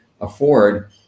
afford